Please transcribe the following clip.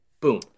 Boom